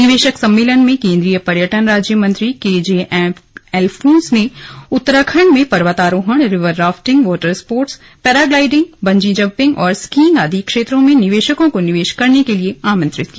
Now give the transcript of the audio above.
निवेशक सम्मेलन में केंद्रीय पर्यटन राज्य मंत्री के जे एलफोन्स ने उत्तराखंड में पर्वतारोहण river rafting water sports paragliding bungee jumping और स्कीइंग आदि क्षेत्रों में निवेशकों को निवेश करने के लिए आमंत्रित किया